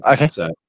Okay